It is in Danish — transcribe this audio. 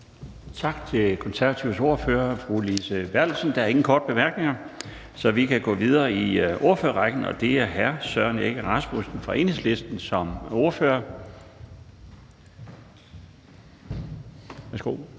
Tak til Konservatives ordfører, fru Lise Bertelsen. Der er ingen korte bemærkninger, så vi kan gå videre i ordførerrækken til Enhedslistens ordfører, hr.